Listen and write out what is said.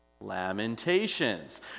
Lamentations